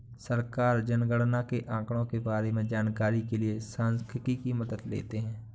सरकार जनगणना के आंकड़ों के बारें में जानकारी के लिए सांख्यिकी की मदद लेते है